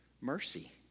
mercy